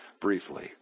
briefly